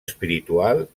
espiritual